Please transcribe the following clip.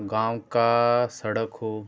गाँव का सड़क हो